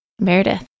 Meredith